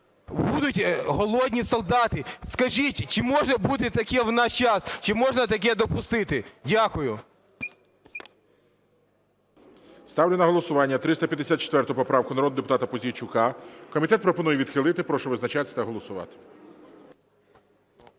будуть голодні солдати. Скажіть, чи може бути таке в наш час, чи можна таке допустити? Дякую. ГОЛОВУЮЧИЙ. Ставлю на голосування 354 поправку народного депутата Пузійчука. Комітет пропонує відхилити. Прошу визначатись та голосувати.